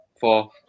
Four